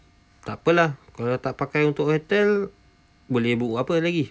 takpe lah kalau tak pakai untuk hotel boleh book apa lagi